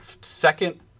second